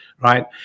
right